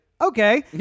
okay